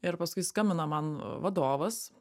ir paskui skambina man vadovas